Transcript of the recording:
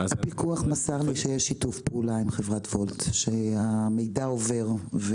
הפיקוח מסר לי שיש שיתוף פעולה עם חברת וולט וכי המידע עובר.